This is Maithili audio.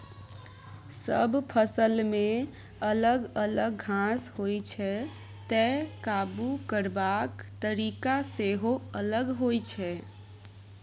सब फसलमे अलग अलग घास होइ छै तैं काबु करबाक तरीका सेहो अलग होइ छै